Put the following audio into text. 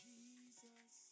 Jesus